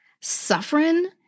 suffering